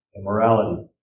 immorality